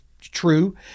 true